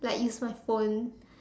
like use my phone